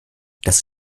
das